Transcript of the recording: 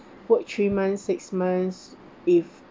work three months six months if